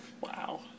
Wow